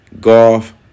Golf